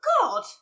God